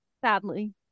sadly